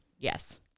Yes